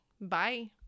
Bye